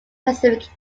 pacific